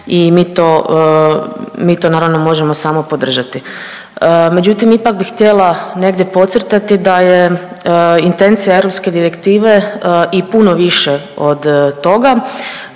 i mi to naravno možemo samo podržati. Međutim, ipak bih htjela negdje podcrtati da je intencija Europske direktive i puno više od toga.